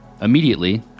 Immediately